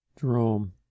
Jerome